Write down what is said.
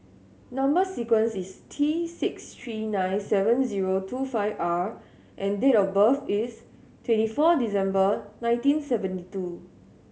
number sequence is T six three nine seven zero two five R and date of birth is twenty four December nineteen seventy two